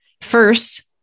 First